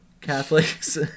Catholics